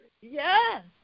Yes